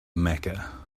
mecca